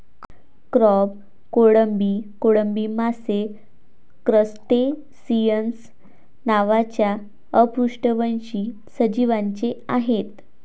crab, कोळंबी, कोळंबी मासे क्रस्टेसिअन्स नावाच्या अपृष्ठवंशी सजीवांचे आहेत